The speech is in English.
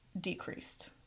decreased